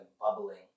bubbling